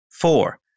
Four